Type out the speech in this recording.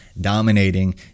Dominating